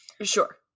Sure